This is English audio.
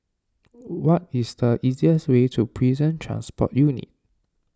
what is the easiest way to Prison Transport Unit